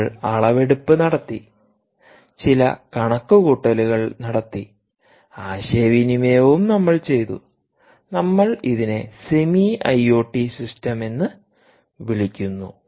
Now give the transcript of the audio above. നമ്മൾ അളവെടുപ്പ് നടത്തി ചില കണക്കുകൂട്ടലുകൾ നടത്തി ആശയവിനിമയവും നമ്മൾ ചെയ്തു നമ്മൾ ഇതിനെ സെമി ഐഒടി സിസ്റ്റം എന്ന് വിളിക്കുന്നു